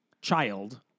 child